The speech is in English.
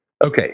Okay